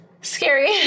Scary